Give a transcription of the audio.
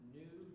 new